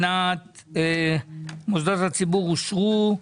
רשימה שסימנה: 2023-001137 אושרה.